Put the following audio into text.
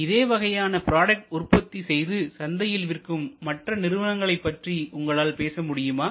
இதே வகையான ப்ராடக்ட் உற்பத்தி செய்து சந்தையில் விற்கும் மற்ற நிறுவனங்களைப் பற்றி உங்களால் பேச முடியுமா